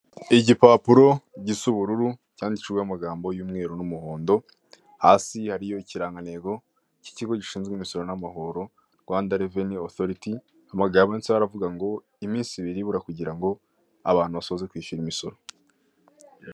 Igipapuro gisa ubururu cyandikishijweho amagambo y'umweru n'umuhondo, hasi hariyo ikirango cy'ikigo gishinzwe imisoro n'amahoro rwanda reveni otoriti ,amagambo yanditseho aravuga uti iminsi ibiri ibura kugira ngo abantu basoze kwishyura imisoro.